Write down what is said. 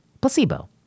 placebo